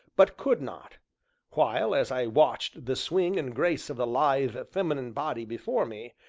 but could not while, as i watched the swing and grace of the lithe, feminine body before me,